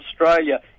Australia